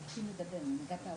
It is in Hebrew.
תודה.